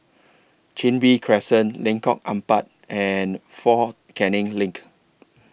Chin Bee Crescent Lengkong Empat and Fort Canning LINK